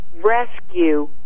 rescue